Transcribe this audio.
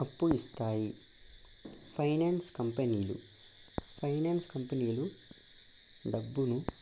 అప్పు ఇస్తాయి ఫైనాన్స్ కంపెనీలు ఫైనాన్స్ కంపెనీలు డబ్బును